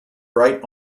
bright